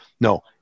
No